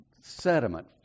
sediment